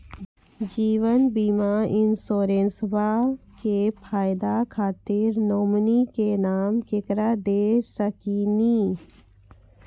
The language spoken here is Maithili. जीवन बीमा इंश्योरेंसबा के फायदा खातिर नोमिनी के नाम केकरा दे सकिनी?